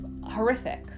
Horrific